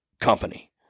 company